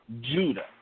Judah